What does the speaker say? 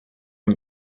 him